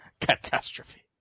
catastrophe